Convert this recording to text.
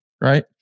right